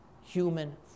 human